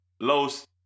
Los-